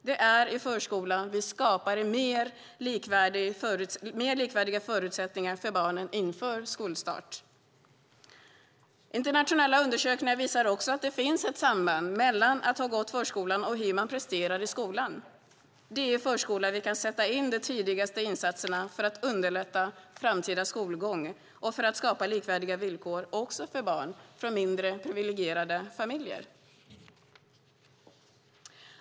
Det är i förskolan vi skapar mer likvärdiga förutsättningar för barnen inför skolstart. Internationella undersökningar visar också att det finns ett samband mellan att ha gått förskolan och hur man presterar i skolan. Det är i förskolan vi kan sätta in de tidigaste insatserna för att underlätta framtida skolgång och för att skapa likvärdiga villkor också för barn från mindre privilegierade familjer.